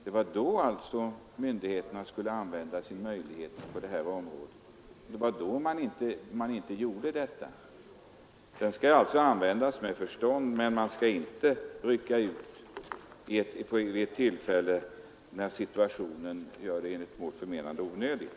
Det var just då som myndigheterna borde använda sin möjlighet på det här området, men det var då man inte gjorde det. Prisregleringslagen skall alltså användas med förstånd, och man skall inte rycka ut när situationen gör det onödigt.